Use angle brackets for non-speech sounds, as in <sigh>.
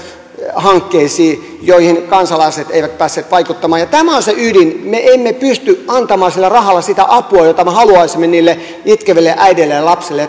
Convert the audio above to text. hankkeisiin joihin kansalaiset eivät päässeet vaikuttamaan tämä on se ydin me emme pysty antamaan sillä rahalla sitä apua jota me haluaisimme niille itkeville äideille ja lapsille <unintelligible>